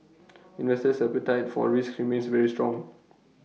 investors appetite for risk remains very strong